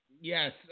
Yes